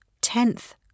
tenth